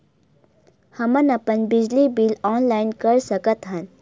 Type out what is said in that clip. हमन अपन बिजली बिल ऑनलाइन कर सकत हन?